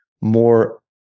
more